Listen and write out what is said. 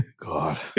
God